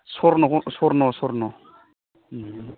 स्वर्नखौ स्वर्न स्वर्न